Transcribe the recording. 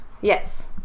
yes